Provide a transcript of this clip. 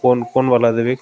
କୋନ୍ କୋନ୍ ବାଲା ଦେବେ